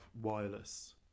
wireless